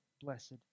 blessed